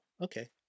okay